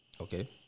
Okay